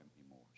anymore